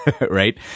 right